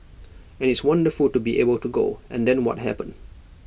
and it's wonderful to be able to go and then what happened